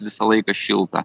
visą laiką šilta